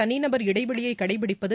தனிநபர் இடைவெளியைகடைபிடிப்பது